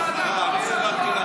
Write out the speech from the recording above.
יושבת-ראש הוועדה,